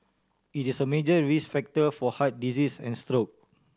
it is a major risk factor for heart diseases and stroke